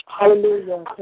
Hallelujah